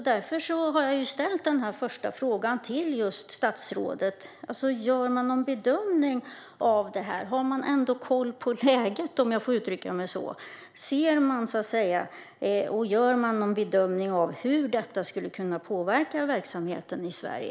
Därför ställde jag min första fråga till statsrådet: Har man koll på läget, och gör man någon bedömning av hur detta skulle kunna påverka verksamheten i Sverige?